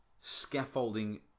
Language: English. scaffolding